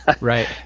Right